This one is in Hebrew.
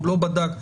הוא לא בדק וכולי.